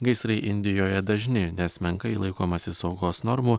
gaisrai indijoje dažni nes menkai laikomasi saugos normų